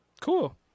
cool